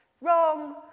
wrong